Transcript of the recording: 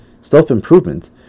self-improvement